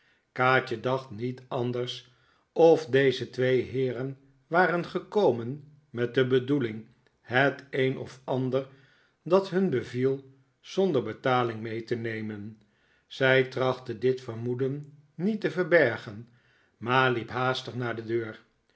kaatje dacht niet anders of deze twee heeren waren gekomen met de bedoeling het een of ander dat hun beviel zonder betaling mee te nemen zij trachtte dit vermoeden niet te verbergen maar liep haastig naar de deur